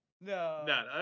no